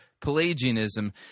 Pelagianism